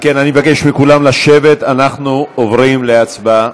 אם כן, אני מבקש מכולם לשבת, אנחנו עוברים להצבעה.